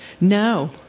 No